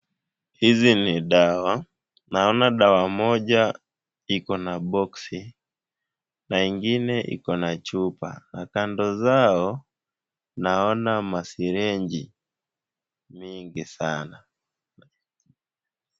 Hizi ni dawa. Naona dawa moja ikona box na ingine ikona chupa na kando zao naona masirenji mingi sana.